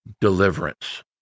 Deliverance